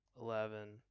eleven